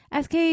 SK